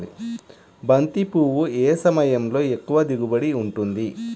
బంతి పువ్వు ఏ సమయంలో ఎక్కువ దిగుబడి ఉంటుంది?